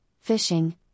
fishing